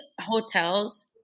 hotels